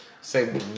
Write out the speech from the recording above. Say